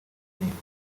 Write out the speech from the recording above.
n’imbwa